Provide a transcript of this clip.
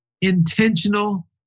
intentional